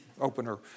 opener